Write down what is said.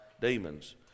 demons